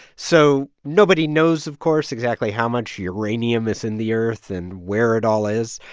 so nobody knows, of course, exactly how much uranium is in the earth and where it all is.